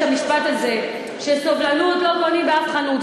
יש את המשפט הזה שסובלנות לא קונים באף חנות.